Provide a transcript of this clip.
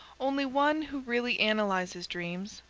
only one who really analyzes dreams,